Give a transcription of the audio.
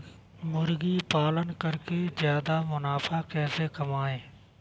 मुर्गी पालन करके ज्यादा मुनाफा कैसे कमाएँ?